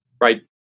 right